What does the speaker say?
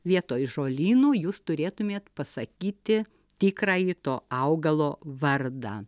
vietoj žolynų jūs turėtumėt pasakyti tikrąjį to augalo vardą